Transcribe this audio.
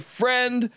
friend